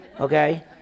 okay